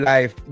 Life